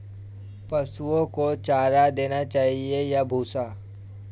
पशुओं को चारा देना चाहिए या भूसा?